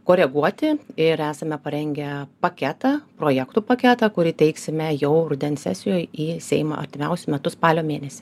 koreguoti ir esame parengę paketą projektų paketą kurį teiksime jau rudens sesijoj į seimą artimiausiu metu spalio mėnesį